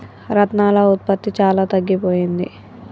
రత్నాల ఉత్పత్తి చాలా తగ్గిపోయింది